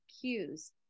cues